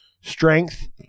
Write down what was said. strength